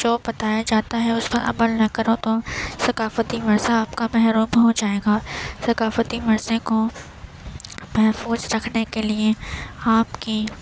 جو بتایا جاتا ہے اس پر عمل نہ کرو تو ثقافتی ورثہ آپ کا محروم ہو جائے گا ثقافتی ورثے کو محفوظ رکھنے کے لیے آپ کی